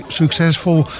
succesvol